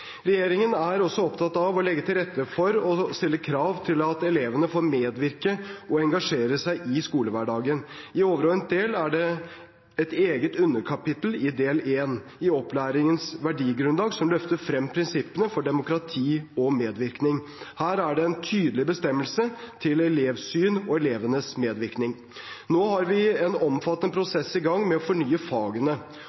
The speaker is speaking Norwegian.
Regjeringen er også opptatt av å legge til rette for og stille krav om at elevene får medvirke og engasjere seg i skolehverdagen. I overordnet del er det et eget underkapittel i del 1 Opplæringens verdigrunnlag, som løfter frem prinsippene for demokrati og medvirkning. Her er det en tydelig bestemmelse om elevsyn og elevenes medvirkning. Nå har vi en omfattende